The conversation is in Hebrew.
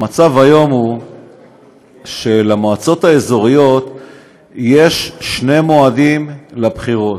המצב היום הוא שלמועצות האזוריות יש שני מועדים לבחירות,